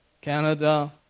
Canada